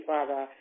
Father